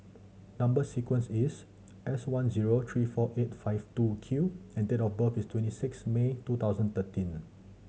number sequence is S one zero three four eight five two Q and date of birth is twenty six May two thousand thirteen